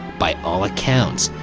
by all accounts,